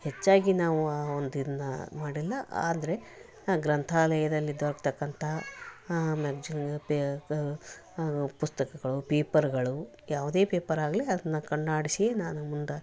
ಹೆಚ್ಚಾಗಿ ನಾವು ಒಂದು ಇದನ್ನ ಮಾಡಿಲ್ಲ ಆದರೆ ಗ್ರಂಥಾಲಯದಲ್ಲಿ ದೊರಕತಕ್ಕಂತಹ ಮ್ಯಾಗ್ಜಿನ್ ಪೆ ಪ ಪುಸ್ತಕಗಳು ಪೇಪರ್ಗಳು ಯಾವುದೇ ಪೇಪರ್ ಆಗಲಿ ಅದನ್ನ ಕಣ್ಣಾಡಿಸಿಯೇ ನಾನು ಮುಂದೆ